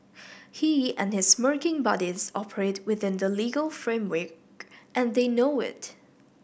he and his smirking buddies operate within the legal framework and they know it